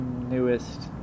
newest